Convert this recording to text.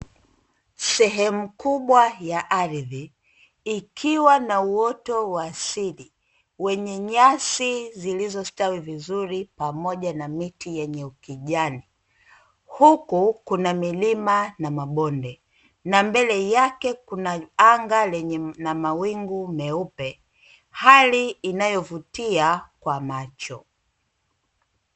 Sehemu kubwa ya ardhi ikiwa na uoto wa asili wenye nyasi zilizostawi vizuri pamoja na miti yenye ukijani, huku kuna milima na mabonde na mbele yake kuna anga lenye mawingu meupe; hali inayovutia kwa macho.